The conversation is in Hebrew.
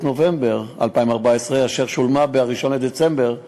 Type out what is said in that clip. נובמבר 2014 אשר שולמה ב-1 בדצמבר 2014,